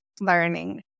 learning